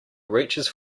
reaches